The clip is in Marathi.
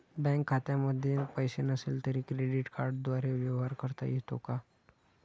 बँक खात्यामध्ये पैसे नसले तरी क्रेडिट कार्डद्वारे व्यवहार करता येतो का?